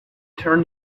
turn